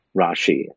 Rashi